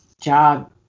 job